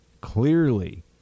clearly